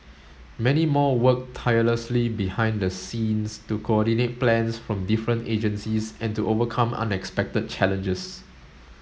many more worked tirelessly behind the scenes to coordinate plans from different agencies and to overcome unexpected challenges